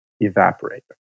evaporate